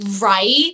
right